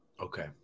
Okay